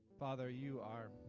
bother you are